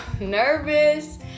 nervous